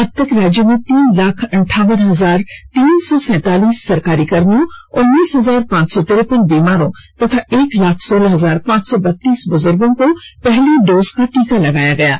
अबतक राज्य में तीन लाख अंठावन हजार तीन सौ सैंतालीस सरकारी कर्मियों उन्नीस हजार पांच सौ तिरपन बीमारों तथा एक लाख सोलह हजार पांच सौ बतीस बुजुर्गों को पहली डोज का टीका लगाया गया है